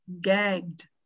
gagged